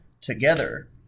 together